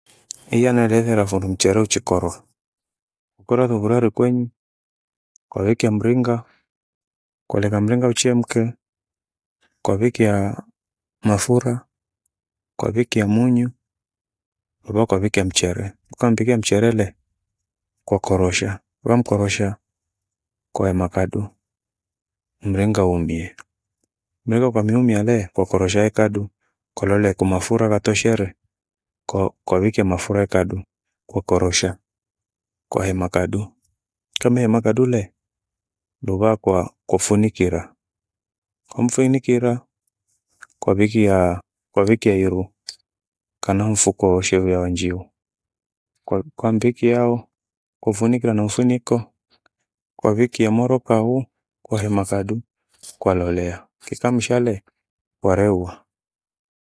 iya nayeresela fundu mchere uchikorwa. Ukwera sufuria rukwenyi. kwawikia mringa, koleka mringa uchemke, kwavika aah! mafura, kwavikia munyu luva ukavikia mchere. Ukambikia mcherele, kwakorosha, rua mkorosha koe makadu, mringa umie. Mringa ukamiumia ale kwakorosha ekadu, kolole kumafura katoshere, ko- kowikia mafura ikadu, kwakorosha, kwahema kadu. Kamihima kadule, ndubhakwa kwafunikira, kwamfuinikira, kwabhikia- kwabhikia iru. Kana mfuko wowoshe we- wanjio, kwa- kwambikiao, kufunikira na mfuniko. Kwavikie moro kahuu kwahema kadu kwalolea kika mshale warehua.